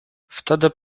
wtedy